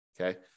okay